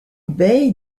bei